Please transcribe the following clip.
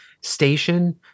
Station